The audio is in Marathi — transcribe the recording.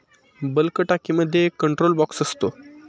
बल्क टाकीमध्ये एक कंट्रोल बॉक्स असतो